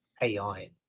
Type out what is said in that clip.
AI